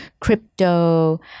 crypto